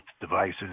devices